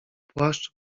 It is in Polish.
płaszcz